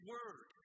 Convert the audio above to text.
Word